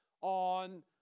on